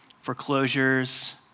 foreclosures